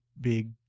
big